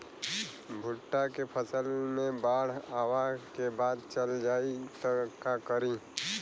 भुट्टा के फसल मे बाढ़ आवा के बाद चल जाई त का करी?